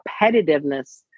competitiveness